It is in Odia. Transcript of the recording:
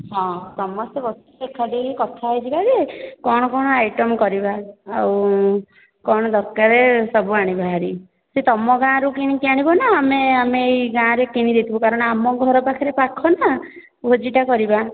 ହଁ ସମସ୍ତେ ବସିକି ଏକାଠି ହୋଇକି କଥା ହୋଇଯିବା ଯେ କ'ଣ କ'ଣ ଆଇଟମ କରିବା ଆଉ କ'ଣ ଦରକାରେ ସବୁ ଆଣିବା ହାରି ସେ ତମ ଗାଁ ରୁ କିଣିକି ଆଣିବନା ଆମେ ଆମେ ଏହି ଗାଁ ରେ କିଣି ଦେଇଥିବୁ କାରଣ ଆମ ଘର ପାଖରେ ପାଖନା ଭୋଜିଟା କରିବା